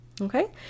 Okay